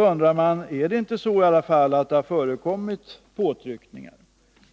undra om det inte förekommit påtryckningar.